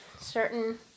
certain